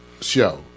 show